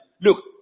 Look